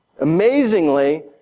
Amazingly